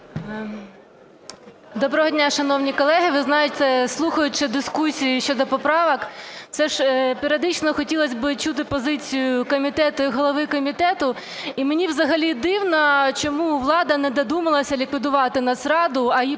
Доброго дня, шановні колеги. Ви знаєте, слухаючи дискусії щодо поправок, все ж періодично хотілось би чути позицію комітету і голови комітету. І мені взагалі дивно, чому влада не додумалася ліквідувати Нацраду, а її